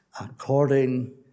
according